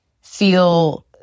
feel